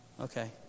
Okay